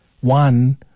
one